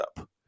up